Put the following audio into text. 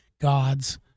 God's